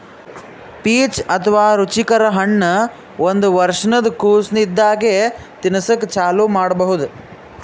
peach ಅಥವಾ ರುಚಿಕರ ಹಣ್ಣ್ ಒಂದ್ ವರ್ಷಿನ್ದ್ ಕೊಸ್ ಇದ್ದಾಗೆ ತಿನಸಕ್ಕ್ ಚಾಲೂ ಮಾಡಬಹುದ್